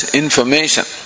information